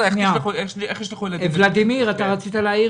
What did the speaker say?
חבר הכנסת בליאק, בבקשה.